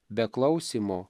be klausymo